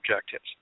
objectives